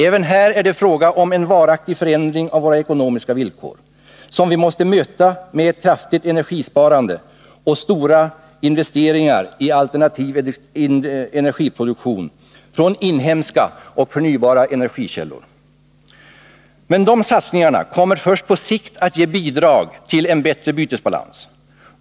Även här är det fråga om en varaktig förändring av våra ekonomiska villkor, som vi måste möta med ett kraftigt energisparande och stora investeringar i alternativ energiproduktion från inhemska och förnybara energikällor. Men dessa satsningar kommer först på sikt att ge bidrag till en bättre bytesbalans.